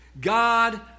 God